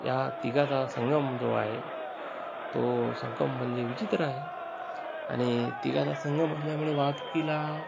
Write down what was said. ह्या तिघाचा संगम जो आहे तो संगम म्हणजे विचित्र आहे आणि तिघाचा संगम असल्यामुळे वाहतुकीला